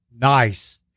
Nice